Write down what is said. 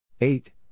eight